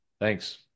Thanks